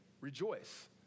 rejoice